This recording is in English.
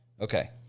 Okay